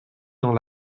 dans